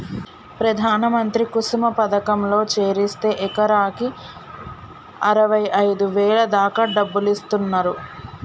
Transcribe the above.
ప్రధాన మంత్రి కుసుమ పథకంలో చేరిస్తే ఎకరాకి అరవైఐదు వేల దాకా డబ్బులిస్తున్నరు